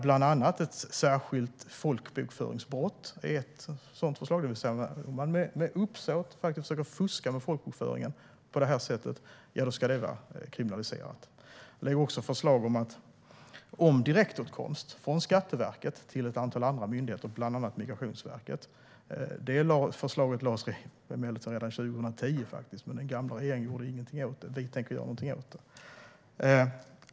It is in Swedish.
Bland annat är ett särskilt folkbokföringsbrott ett sådant förslag. Om man med uppsåt försöker fuska med folkbokföringen ska det vara kriminaliserat. Han lägger också fram förslag om direktåtkomst från Skatteverket till ett antal andra myndigheter, bland annat Migrationsverket. Det förslaget lades emellertid fram redan 2010, men den gamla regeringen gjorde ingenting åt det. Vi tänker göra någonting åt det.